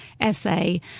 essay